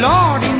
Lord